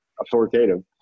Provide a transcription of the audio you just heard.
authoritative